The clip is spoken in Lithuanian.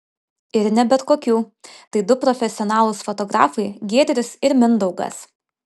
ir ne bet kokių tai du profesionalūs fotografai giedrius ir mindaugas